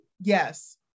Yes